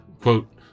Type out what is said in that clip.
quote